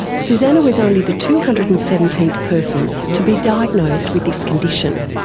susannah was only the two hundred and seventeenth person to be diagnosed with this condition.